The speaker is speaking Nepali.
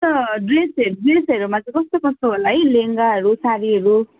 अन्त ड्रेसहरू ड्रेसहरूमा कस्तो कस्तो होला है लेहेङ्गाहरू साडीहरू